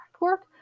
work